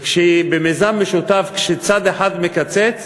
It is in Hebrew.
ובמיזם משותף כשצד אחד מקצץ,